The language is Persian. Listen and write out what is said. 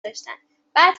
داشتن، بعد